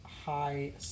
High